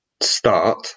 start